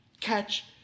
catch